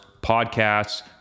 podcasts